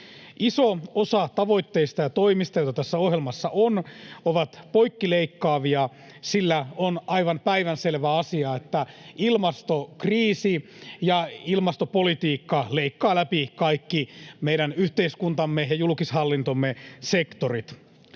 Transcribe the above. Iso osa tavoitteista ja toimista, joita tässä ohjelmassa on, on poikkileikkaavia, sillä on aivan päivänselvä asia, että ilmastokriisi ja ilmastopolitiikka leikkaavat läpi kaikki meidän yhteiskuntamme ja julkishallintomme sektorit.